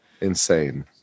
insane